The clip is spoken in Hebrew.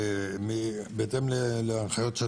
בהתאם להנחיות של